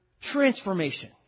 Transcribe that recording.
transformation